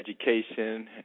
education